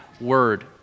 word